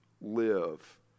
live